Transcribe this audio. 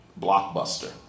blockbuster